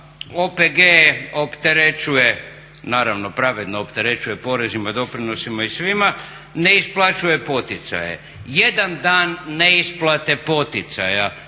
OPG-e opterećuje, naravno pravedno opterećuje porezima, doprinosima i svima, ne isplaćuje poticaje. Jedan dan neisplate poticaja